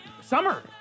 Summer